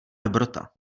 dobrota